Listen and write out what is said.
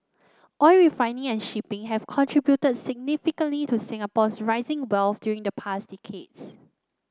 oil refining and shipping have contributed significantly to Singapore's rising wealth during the past decades